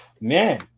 Man